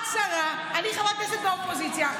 את שרה, אני חברת כנסת באופוזיציה.